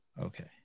Okay